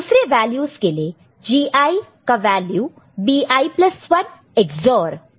दूसरे वैल्यूस के लिए Gi का value B i 1 XOR Bi है